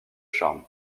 charme